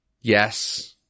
yes